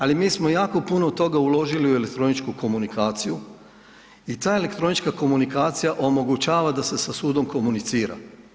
Ali mi smo jako puno toga uložili u elektroničku komunikaciju i ta elektronička komunikacija omogućava da se sa sudom komunicira.